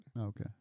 Okay